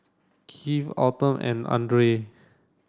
Kerwin Autumn and Dandre